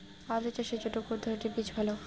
আলু চাষের জন্য কোন ধরণের বীজ ভালো?